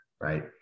right